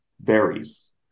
varies